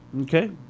Okay